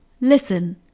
Listen